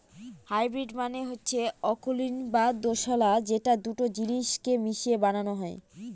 hybrid মানে হচ্ছে অকুলীন বা দোঁশলা যেটা দুটো জিনিস কে মিশিয়ে বানানো হয়